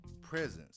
Presence